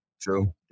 True